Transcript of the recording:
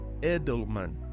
Edelman